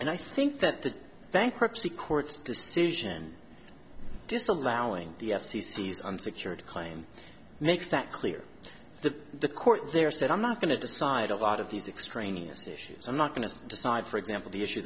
and i think that the bankruptcy courts decision disallowing the f c c is on security claim makes that clear the the court there said i'm not going to decide a lot of these extraneous issues i'm not going to decide for example the issue